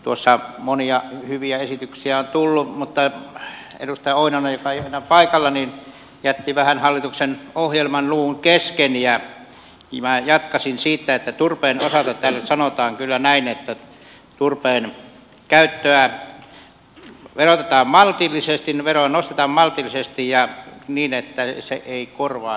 tuossa monia hyviä esityksiä on tullut mutta edustaja oinonen joka ei ole enää paikalla jätti vähän hallituksen ohjelman luvun kesken ja minä jatkaisin siitä että turpeen osalta täällä sanotaan kyllä näin että turpeen käyttöä verotetaan maltillisesti veroa nostetaan maltillisesti ja niin että se ei korvaannu hiilellä